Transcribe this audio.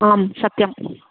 आं सत्यम्